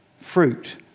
fruit